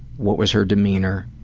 what was her demeanor?